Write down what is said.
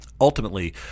Ultimately